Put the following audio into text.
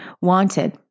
Wanted